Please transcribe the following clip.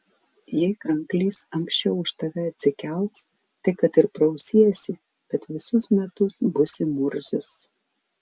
jei kranklys anksčiau už tave atsikels tai kad ir prausiesi bet visus metus būsi murzius